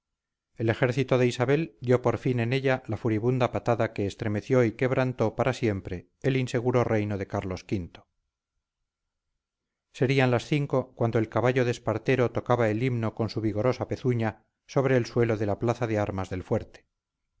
el ejército de isabel dio por fin en ella la furibunda patada que estremeció y quebrantó para siempre el inseguro reino de carlos v serían las cinco cuando el caballo de espartero tocaba el himno con su vigorosa pezuña sobre el suelo de la plaza de armas del fuerte